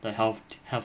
the health health